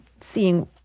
seeing